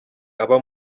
aba